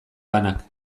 lanak